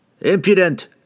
Impudent